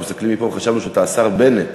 אנחנו מסתכלים מפה וחשבנו שאתה השר בנט.